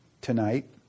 tonight